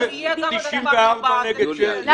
94 נגד 6. אז תפסיד עוד פעם.